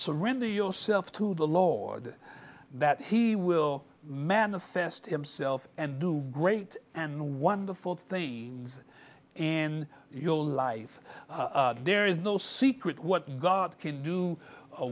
surrender yourself to the lord that he will manifest himself and do a great and wonderful thing in your life there is no secret what god can do